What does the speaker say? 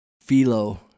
Philo